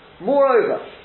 moreover